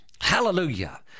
Hallelujah